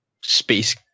Space